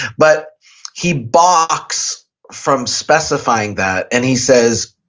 but he boxes from specifying that and he says,